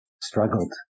struggled